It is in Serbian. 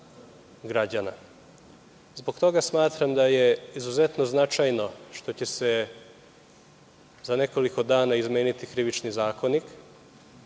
toga smatram da je izuzetno značajno što će se za nekoliko dana izmeniti Krivični zakonik.